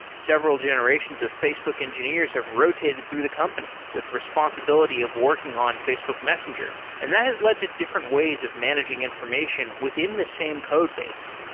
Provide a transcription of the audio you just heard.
several generations of facebook engineers have rotated through the company with responsibility of working on facebook messenger, and that has led to different ways of managing information within the same codebase.